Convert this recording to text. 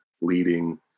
leading